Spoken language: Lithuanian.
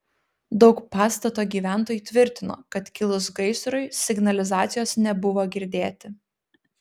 daug pastato gyventojų tvirtino kad kilus gaisrui signalizacijos nebuvo girdėti